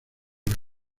los